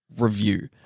review